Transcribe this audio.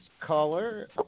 caller